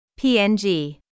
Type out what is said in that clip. PNG